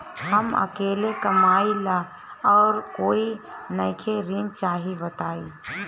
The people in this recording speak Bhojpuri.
हम अकेले कमाई ला और कोई नइखे ऋण चाही बताई?